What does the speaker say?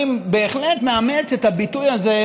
אני בהחלט מאמץ את הביטוי הזה,